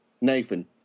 Nathan